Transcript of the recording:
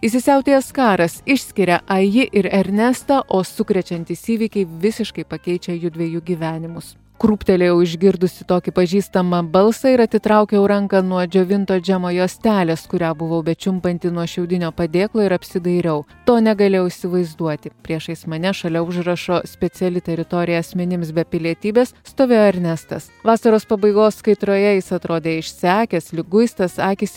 įsisiautėjęs karas išskiria aiji ir ernestą o sukrečiantys įvykiai visiškai pakeičia jųdviejų gyvenimus krūptelėjau išgirdusi tokį pažįstamą balsą ir atitraukiau ranką nuo džiovinto džemo juostelės kurią buvau bečiumpanti nuo šiaudinio padėklo ir apsidairiau to negalėjau įsivaizduoti priešais mane šalia užrašo speciali teritorija asmenims be pilietybės stovėjo ernestas vasaros pabaigos kaitroje jis atrodė išsekęs liguistas akys